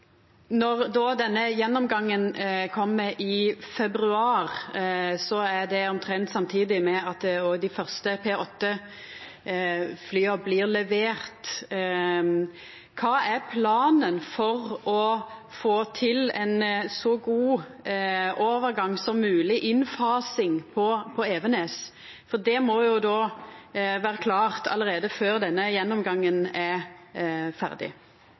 denne gjennomgangen kjem i februar, er det omtrent samtidig med at dei første P-8-flya blir leverte. Kva er planen for å få til ein så god overgang som mogleg, ei innfasing på Evenes? For det må jo vera klart allereie før denne gjennomgangen er ferdig.